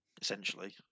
essentially